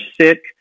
sick